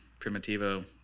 Primitivo